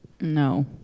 No